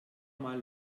mal